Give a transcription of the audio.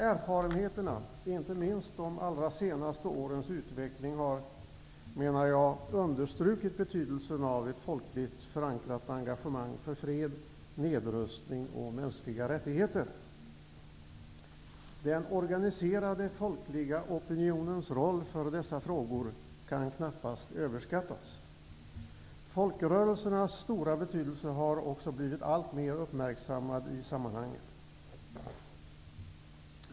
Erfarenheterna, och inte minst de allra senaste årens utveckling, har enligt min mening understrukit betydelsen av ett folkligt förankrat engagemang för fred, nedrustning och mänskliga rättigheter. Den organiserade folkliga opinionens roll för dessa frågor kan knappast överskattas. Folkrörelsernas stora betydelse har också blivit alltmer uppmärksammad i sammanhanget.